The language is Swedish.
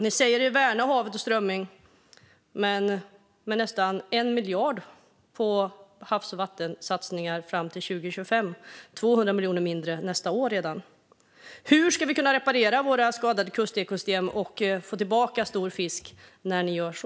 Ni säger er värna havet och strömmingen, men det blir nästan 1 miljard mindre på havs och vattensatsningar fram till 2025, och 200 miljoner mindre redan nästa år. Hur ska vi kunna reparera våra skadade kustekosystem och få tillbaka stor fisk när ni gör så?